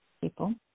people